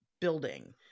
building